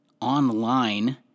online